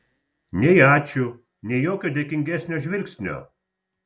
nei ačiū nei jokio dėkingesnio žvilgsnio